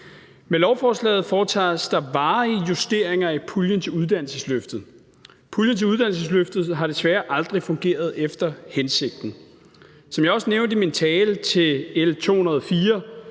Med lovforslaget foretages der varige justeringer i puljen til uddannelsesløftet. Puljen til uddannelsesløftet har desværre aldrig fungeret efter hensigten. Som jeg også nævnte i min tale til L 204,